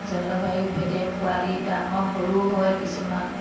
জলবায়ু ভেদে পোৱালি ডাঙৰ সৰু হয় কিছুমান